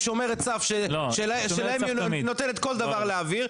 שומרת סף שלהם היא נותנת כל דבר להעביר,